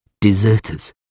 deserters